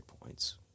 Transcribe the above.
points